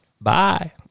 Bye